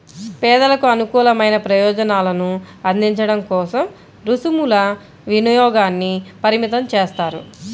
పేదలకు అనుకూలమైన ప్రయోజనాలను అందించడం కోసం రుసుముల వినియోగాన్ని పరిమితం చేస్తారు